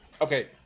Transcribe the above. okay